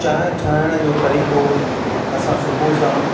चांहि ठाहिण जो तरीक़ो असां सुबुह सां